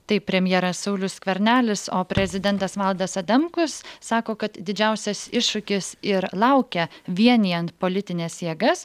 tai premjeras saulius skvernelis o prezidentas valdas adamkus sako kad didžiausias iššūkis ir laukia vienijant politines jėgas